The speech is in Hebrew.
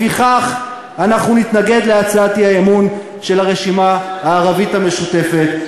לפיכך אנחנו נתנגד להצעת האי-אמון של הרשימה הערבית המשותפת.